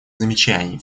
замечаний